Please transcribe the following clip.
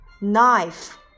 Knife